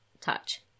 touch